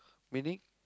meaning